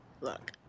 Look